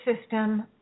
system